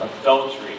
Adultery